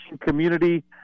community